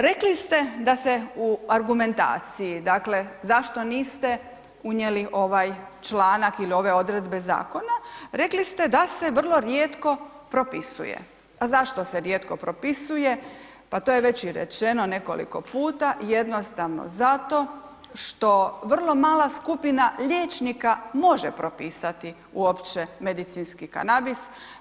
Rekli ste da se u argumentaciji, dakle, zašto niste unijeli ovaj članak ili ove odredbe zakona, rekli ste da se vrlo rijetko propisuje, a zašto se rijetko propisuje, pa to je već i rečeno nekoliko puta, jednostavno zato što vrlo mala skupina liječnika može propisati uopće medicinski kanabis.